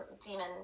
demon